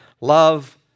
Love